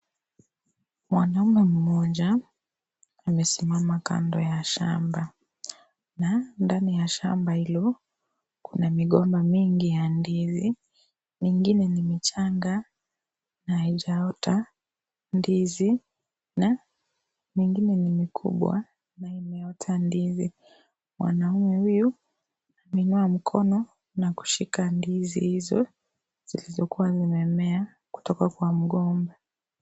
Mwanaume mmoja, amesimaa kando ya shamba, na, ndani ya shamba hilo, kuna migomba mingi ya ndizi, mingine ni michanga, na aijaota ndizi, na, mingine ni mikubwa, na imeota ndizi, mwanaume huyu, ameinua mkpko na kushika ndizi hizo, zilizokuwa zimemea, kutoka kwa mgomba.